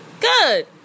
Good